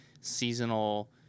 seasonal